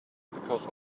because